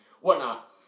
whatnot